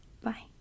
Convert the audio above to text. Bye